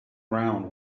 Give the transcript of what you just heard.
ground